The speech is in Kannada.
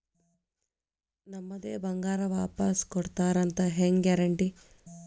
ನಮ್ಮದೇ ಬಂಗಾರ ವಾಪಸ್ ಕೊಡ್ತಾರಂತ ಹೆಂಗ್ ಗ್ಯಾರಂಟಿ?